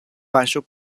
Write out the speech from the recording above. paŝo